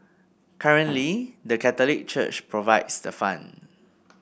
currently the Catholic Church provides the funds